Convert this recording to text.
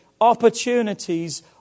opportunities